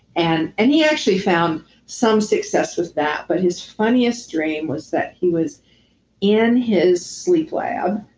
and and he actually found some success with that, but his funniest dream was that he was in his sleep lab,